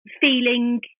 feeling